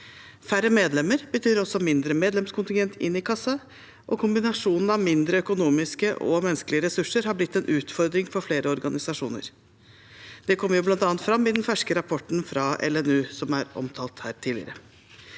Færre medlemmer betyr også mindre medlemskontingent inn i kassa, og kombinasjonen av mindre økonomiske og menneskelige ressurser er blitt en utfordring for flere organisasjoner. Det kommer bl.a. fram i den ferske rapporten fra LNU som er omtalt her tidligere.